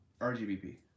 RGBP